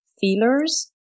feelers